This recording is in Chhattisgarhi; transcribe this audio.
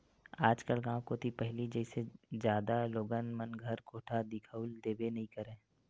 आजकल गाँव कोती पहिली जइसे जादा लोगन मन घर कोठा दिखउल देबे नइ करय